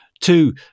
two